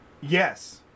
yes